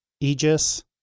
Aegis